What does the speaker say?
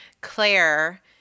Claire